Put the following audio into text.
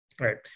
Right